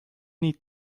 need